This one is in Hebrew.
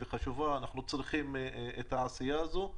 אנחנו צריכים את העשייה הזאת,